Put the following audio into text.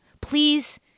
Please